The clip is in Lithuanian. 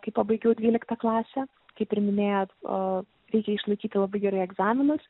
kai pabaigiau dvyliktą klasę kaip ir minėjot o reikia išlaikyti labai gerai egzaminus